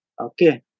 okay